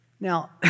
Now